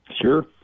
Sure